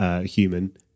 human